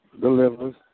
delivers